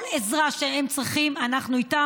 כל עזרה שהם צריכים, אנחנו איתם.